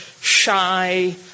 shy